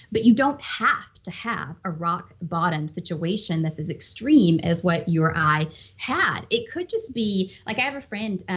but you don't have to have a rock bottom situation that's as like as what you or i had, it could just be. like i have a friend